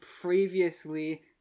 previously